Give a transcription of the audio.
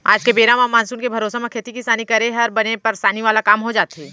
आज के बेरा म मानसून के भरोसा म खेती किसानी करे हर बने परसानी वाला काम हो जाथे